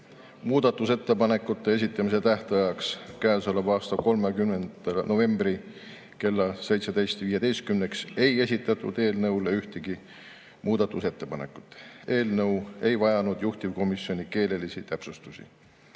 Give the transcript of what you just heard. Muudatusettepanekute esitamise tähtajaks, käesoleva aasta 30. novembril kella 17.15‑ks ei esitatud eelnõu kohta ühtegi muudatusettepanekut. Eelnõu ei vajanud juhtivkomisjoni keelelisi